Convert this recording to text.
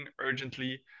urgently